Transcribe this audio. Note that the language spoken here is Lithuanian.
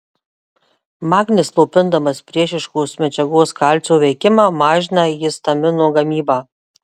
magnis slopindamas priešiškos medžiagos kalcio veikimą mažina histamino gamybą